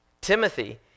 Timothy